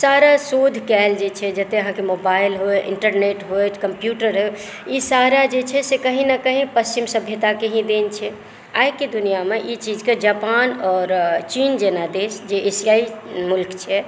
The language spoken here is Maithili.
सारा शोध जे कयल जाइ छै अहाँकेँ मोबाईल हो या इन्टरनेट हो या कम्प्युटर हो ई सारा जे छै से कही ने कही पश्चिम सभ्यताकेँ हीं देन छै आइके दुनिआमे जे छै से आई चीजकेँ जापान और चीन जेना देश जे इस्रायल मुल्क छै